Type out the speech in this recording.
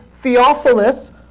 Theophilus